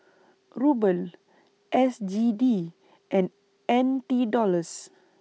Ruble S G D and N T Dollars